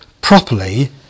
properly